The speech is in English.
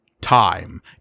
Time